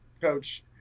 coach